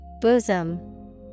Bosom